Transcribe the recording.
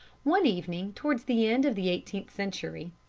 one evening, towards the end of the eighteenth century,